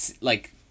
like-